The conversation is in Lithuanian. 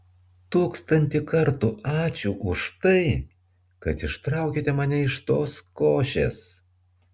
tūkstantį kartų ačiū už tai kad ištraukei mane iš tos košės